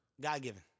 God-given